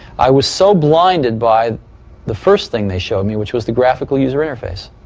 i was so blinded by the first thing they showed me, which was the graphical user interface.